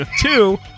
Two